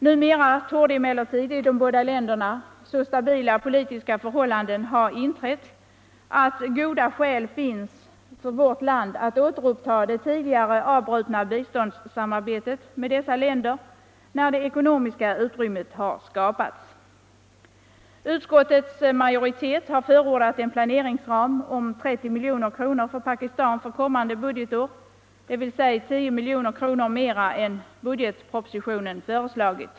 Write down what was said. Numera torde emellertid i de båda länderna så stabila politiska förhållanden ha inträtt att goda skäl finns för vårt land att återuppta det tidigare avbrutna biståndssamarbetet med dessa länder när det ekonomiska utrymmet har skapats. Utskottets majoritet har förordat en planeringsram om 30 milj.kr. för Pakistan kommande budgetår, dvs. 10 milj.kr. mer än budgetpropositionen föreslagit.